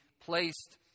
placed